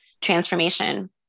transformation